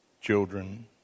children